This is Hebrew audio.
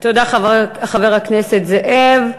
תודה, חבר הכנסת זאב.